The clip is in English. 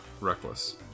Reckless